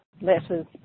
letters